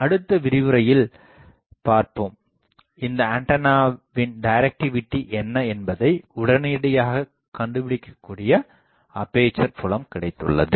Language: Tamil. அடுத்த விரிவுரையில் பார்ப்போம் இந்த ஆண்டெனாவின் டிரக்டிவிடி என்ன என்பதை உடனடியாகக் கண்டுபிடிக்கக்கூடிய அப்பேசர் புலம் கிடைத்துள்ளது